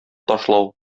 ташлау